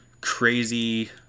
crazy